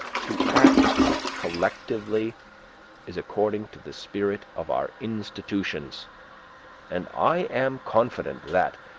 to act collectively is according to the spirit of our institutions and i am confident that,